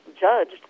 judged